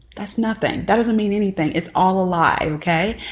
that's nothing that doesn't mean anything. it's all a lie okay,